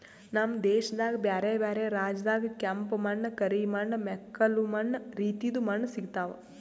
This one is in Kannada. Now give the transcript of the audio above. ನಮ್ ದೇಶದಾಗ್ ಬ್ಯಾರೆ ಬ್ಯಾರೆ ರಾಜ್ಯದಾಗ್ ಕೆಂಪ ಮಣ್ಣ, ಕರಿ ಮಣ್ಣ, ಮೆಕ್ಕಲು ಮಣ್ಣ ರೀತಿದು ಮಣ್ಣ ಸಿಗತಾವ್